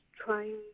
trying